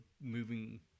moving